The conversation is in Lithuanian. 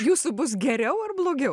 jūsų bus geriau ar blogiau